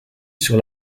sur